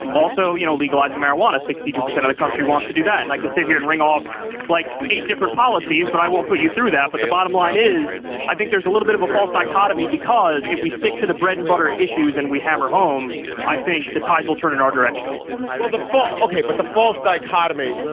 also you know legalizing marijuana. sixty two percent of the country wants to do that. and i can sit here and ring off like eight different policies but i won't put you through that but the bottom line is i think there's a little bit of a false dichotomy because if we stick to the bread and butter issues and we hammer home i think the tide will turn in our direction well the fall. ok but the false dichotomy.